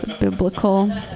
biblical